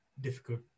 difficult